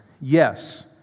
Yes